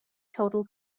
total